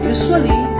Usually